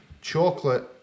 Chocolate